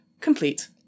Complete